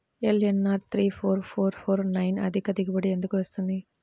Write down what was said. LNR three four four four nine అధిక దిగుబడి ఎందుకు వస్తుంది?